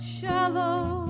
shallow